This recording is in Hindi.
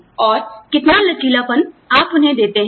और कितना लचीलापन आप उन्हें देते हैं